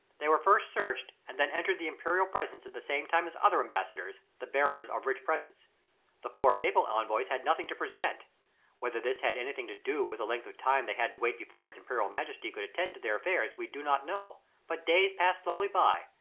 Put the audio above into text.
they were first searched and then entered the imperial presence at the same time as other ambassadors, the bearers of rich presents the poor papal envoys had nothing to present whether this had anything to do with the length of time they had to wait before his imperial majesty could attend to their affairs we do not know but days passed slowly by,